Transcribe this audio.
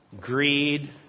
greed